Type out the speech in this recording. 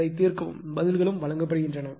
எனவே அதை தீர்க்கவும் பதில்களும் வழங்கப்படுகின்றன